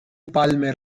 palmer